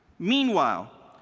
meanwhile,